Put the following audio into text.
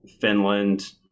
Finland